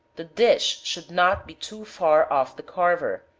the dish should not be too far off the carver,